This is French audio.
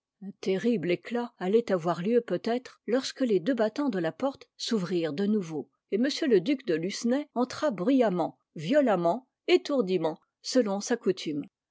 terrible éclat allait avoir lieu peut-être lorsque les deux battants de la porte s'ouvrirent de nouveau et m le duc de lucenay entra bruyamment violemment étourdiment selon sa coutume